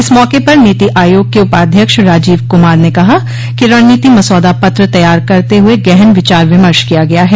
इस मौके पर नीति आयोग के उपाध्यक्ष राजीव कुमार ने कहा कि रणनीति मसौदा पत्र तैयार करते हुए गहन विचार विमर्श किया गया है